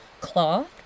cloth